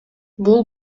бул